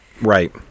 Right